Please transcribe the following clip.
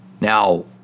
Now